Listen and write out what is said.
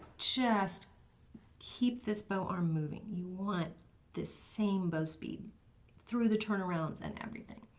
just keep this bow arm moving, you want the same bow speed through the turnarounds and everything.